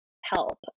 help